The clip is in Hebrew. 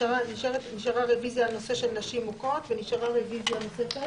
נשארה הרוויזיה על נושא של נשים מוכות ונשארה רוויזיה נוספת,